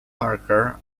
parker